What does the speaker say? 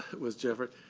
it was different.